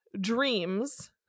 dreams